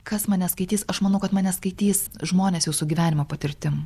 kas mane skaitys aš manau kad mane skaitys žmonės jau su gyvenimo patirtim